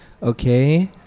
Okay